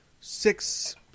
six